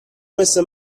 مثل